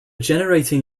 generating